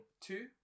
two